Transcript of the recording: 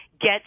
get